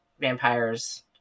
vampires